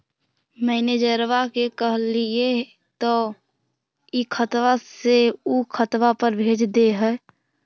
मैनेजरवा के कहलिऐ तौ ई खतवा से ऊ खातवा पर भेज देहै?